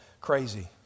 crazy